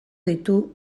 ditu